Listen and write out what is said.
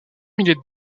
milliers